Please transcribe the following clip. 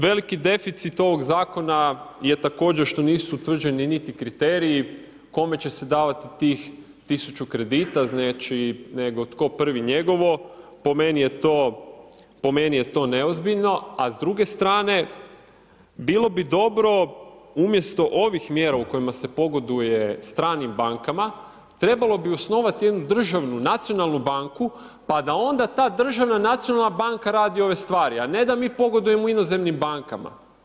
Veliki deficit ovog zakona je također što su nisu utvrđeni niti kriteriji, kome će se davati tih 1000 kredita, znači nego „tko prvi, njegovo“, po meni je to neozbiljno, a s druge strane bilo bi dobro umjesto ovih mjera u kojima se pogoduje stranim bankama, trebali bi osnovati jednu državnu, nacionalnu banku pa da onda ta državna nacionalna banka radi ove stvari a ne da mi pogodujemo inozemnim bankama.